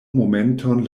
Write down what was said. momenton